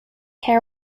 hair